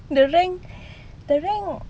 the rank the rank